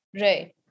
Right